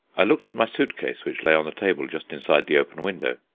i looked at my suit-case, which lay on the table just inside the open window.